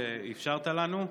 שאפשרת לנו.